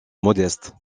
modeste